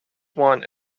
want